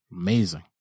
Amazing